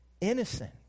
innocent